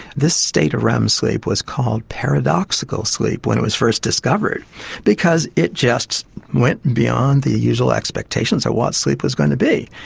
this state of rem sleep was called paradoxical sleep when it was first discovered because it just went beyond the usual expectations of what sleep was going to be.